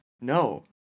No